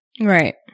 Right